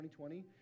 2020